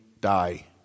die